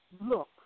Look